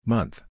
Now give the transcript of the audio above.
Month